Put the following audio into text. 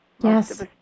Yes